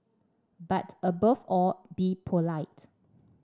but above all be polite